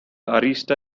arista